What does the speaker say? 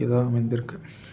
இதாக அமைந்திருக்குது